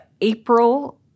April